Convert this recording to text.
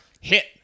Hit